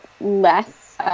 less